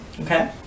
Okay